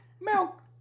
Milk